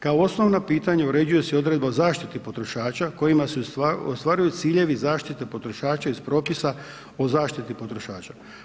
Kao osnovna pitanja, uređuje se odredba o zaštiti potrošača, kojima se ostvaruju ciljevi zaštite potrošača iz propisa o zaštiti potrošača.